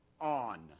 on